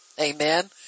Amen